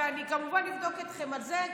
ואני כמובן אבדוק אתכם על זה,